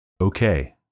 Okay